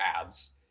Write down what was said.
ads